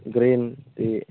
green tea